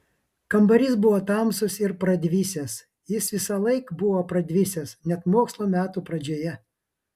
kambarys buvo tamsus ir pradvisęs jis visąlaik buvo pradvisęs net mokslo metų pradžioje